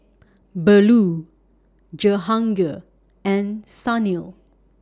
Bellur Jehangirr and Sunil